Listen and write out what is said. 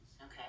Okay